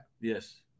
Yes